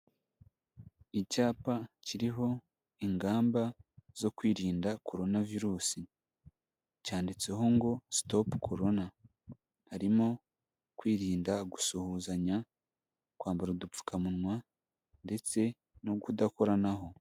Icyapa kiriho ingamba zo kwirinda corona virusi cyanditseho ngo stop corona, harimo kwirinda gusuhuzanya, kwambara udupfukamunwa ndetse no kudakoranaho.